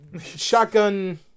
shotgun